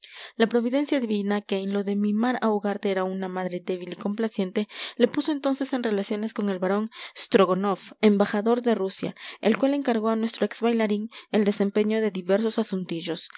la providencia divina que en lo de mimar a ugarte era una madre débil y complaciente le puso entonces en relaciones con el barón strogonoff embajador de rusia el cual encargó a nuestro ex bailarín el desempeño de diversos asuntillos